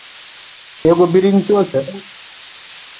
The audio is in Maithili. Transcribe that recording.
एगो ब्रिंचो छै